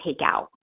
takeout